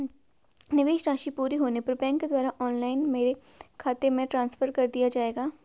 निवेश राशि पूरी होने पर बैंक द्वारा ऑनलाइन मेरे खाते में ट्रांसफर कर दिया जाएगा?